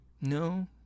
no